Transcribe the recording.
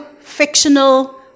fictional